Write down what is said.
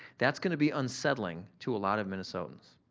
that's gonna be unsettling to a lot of minnesotans.